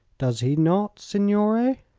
does he not, signore?